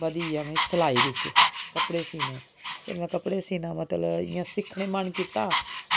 बधी गेआ में सलाई बिच कपड़े सीने ते में कपड़े सीने तक्कर इ'यां सिक्खने ई मन कीता